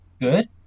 good